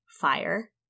fire